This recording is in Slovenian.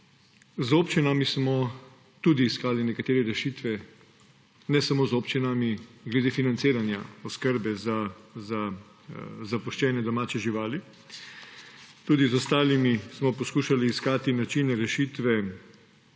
Z občinami smo tudi iskali nekatere rešitve, ne samo z občinami, glede financiranja oskrbe za zapuščene domače živali. Tudi z ostalimi smo poskušali iskati načine rešitve,